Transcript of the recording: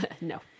no